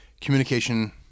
Communication